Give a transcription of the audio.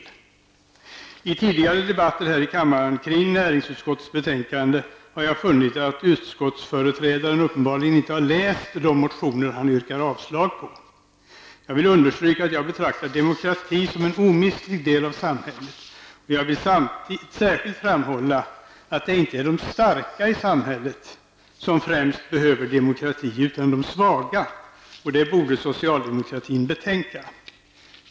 Jag har i tidigare debatter här i kammaren kring näringsutskottets betänkanden funnit att utskottsföreträdaren uppenbarligen inte har läst de motioner han yrkar avslag på. Jag vill understryka att jag betraktar demokrati som en omistlig del i samhället. Jag vill särskilt framhålla att det inte är de starka i samhället som främst behöver demokrati, utan de svaga. Det borde socialdemokratin betänka.